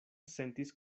sentis